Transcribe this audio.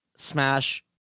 smash